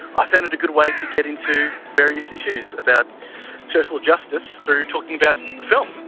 i found it a good way to getting through various issues about social justice, through talking about the film.